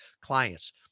clients